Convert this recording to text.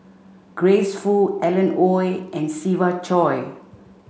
Grace Fu Alan Oei and Siva Choy